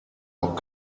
noch